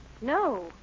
no